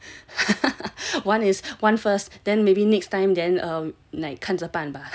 one is one first then maybe next time then ah 看着办吧